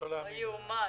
לא יאומן.